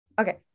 okay